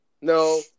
No